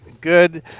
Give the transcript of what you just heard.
good